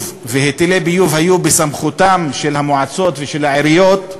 והיטלי ביוב היה בסמכותן של המועצות ושל העיריות,